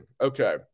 Okay